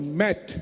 met